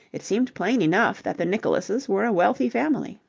it seemed plain enough that the nicholases were a wealthy family.